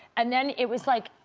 and then it was like,